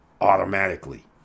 automatically